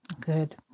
Good